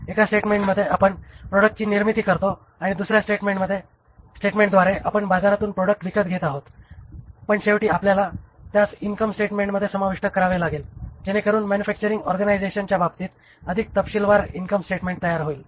एका स्टेटमेंटमध्ये आपण प्रॉडक्टची निर्मिती करतो आणि दुसर्या स्टेटमेंटद्वारे आपण बाजारातून प्रॉडक्ट विकत घेत आहोत पण शेवटी आपल्याला त्यास इनकम स्टेटमेंटमध्ये समाविष्ट करावे लागेल जेणेकरून मॅनुफॅक्टरिंग ऑरगनायझेशनच्या बाबतीत अधिक तपशीलवार इनकम स्टेटमेंट तयार होईल